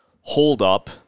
holdup